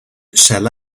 shall